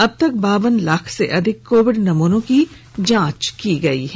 अबतक बावन लाख से अधिक कोविड नमूनों की जांच की गई है